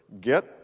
Get